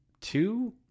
two